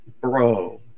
Bro